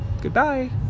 goodbye